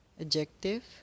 Adjective